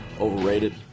overrated